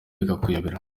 bikakuyobera